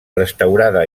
restaurada